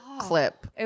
clip